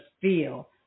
feel